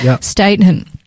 statement